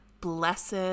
blessed